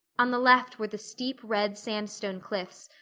on the left were the steep red sandstone cliffs,